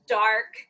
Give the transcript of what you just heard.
dark